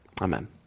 Amen